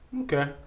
Okay